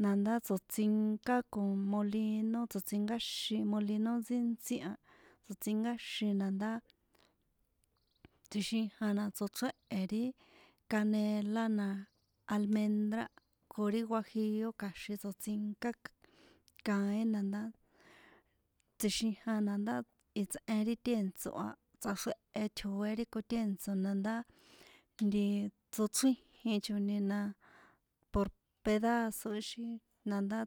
A na ndá tsoṭsinká con molino tsoṭsinkáxin molino ntsíntsi a tso̱ntsinkáxin na ndá tsjixijan na tsochréhe̱ ri canela na almendra ko ri guajillo kja̱xin tsotsínka na ndá tsjixijan na ndá itsꞌe ri tꞌèntso̱ a tsꞌaxrjehe tjo̱é ri kotèntso̱ na ndá nti tsochrijichoni na por pedazo xi na ndá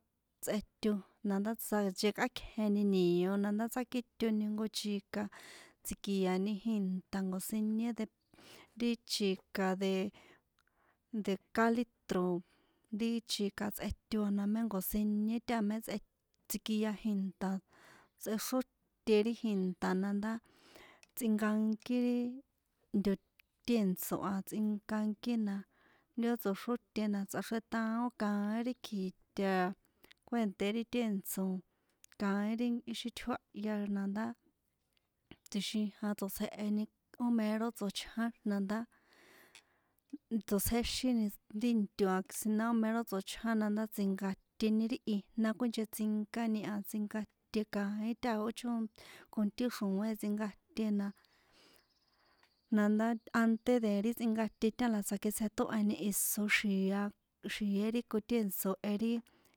tsꞌeto na ndá tsa nchekꞌákjeni nio na ndá tsákitoni jnko chika tsi̱kia̱ni jinta nko̱siñe de ti chika de de kán lítro̱ ri chika tsꞌeto a na mé nko̱siñe taha mé tsikia inta tsꞌexróte ri jinta na ndá tsꞌinkankí ri nto tèntso̱ a tsꞌinkankína ri ó tsoxrótena tsꞌaxretaon kaín ri kjiṭa kuènté ri tèntso̱ kaín ri ixi tjóahya na ndá tsjixijan tsotsjeheni ó mero tsochján na ndá tsotsjexini ri into a siná ó mero tsochján na ndá tsꞌenkaṭe ri ijna kuinchetsinkani a tsinkate kaín taha ó chónt con ti xroe̱n tsinkate na na ndá ante de ri tsinkate taha la tsakitsjetóheni iso xia xi̱é ri kotèntso̱ e ri.